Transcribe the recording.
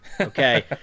Okay